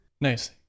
Nice